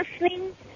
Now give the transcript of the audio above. listening